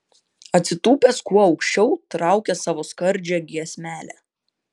atsitūpęs kuo aukščiau traukia savo skardžią giesmelę